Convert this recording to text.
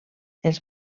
els